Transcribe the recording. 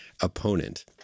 opponent